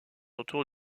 autour